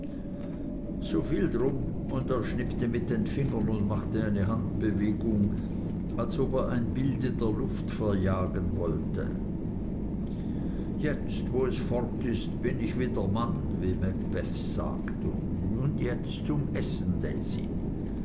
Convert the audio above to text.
soviel drum und er schnippte mit den fingern und machte eine handbewegung als ob er ein bild in der luft verjagen wolle jetzt wo es fort ist bin ich wieder mann wie macbeth sagt und jetzt zum essen